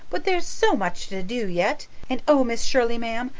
but there's so much to do yet. and oh, miss shirley, ma'am,